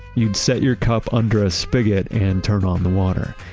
you'd set your cup under a spigot and turn on the water.